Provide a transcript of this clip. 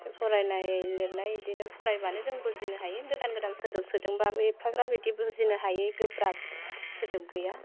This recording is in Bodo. फरायनाय लिरनाय इदिनो फरायबानो जों बुजिनो हायो गोदान गोदान सोदोब सोदोंबाबो एफाग्राब बिदि बुजिनो हायै गोब्राब सोदोब गैया